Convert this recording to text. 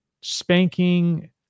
spanking